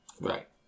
Right